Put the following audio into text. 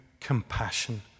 compassion